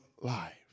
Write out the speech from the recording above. life